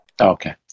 okay